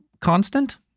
constant